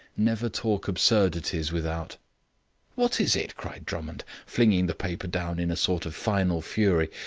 never talk absurdities without what is it? cried drummond, flinging the paper down in a sort of final fury.